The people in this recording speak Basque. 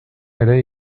ere